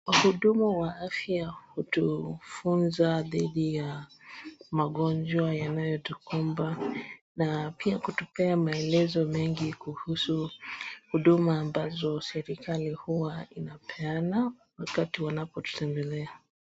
Wahudumu wa afya hutufunza dhidi ya magonjwa yanayotukumba na pia kutupea maelezo mengi kuhusu huduma ambazo serikali huwa inapeana wakati wanapo tutembelea.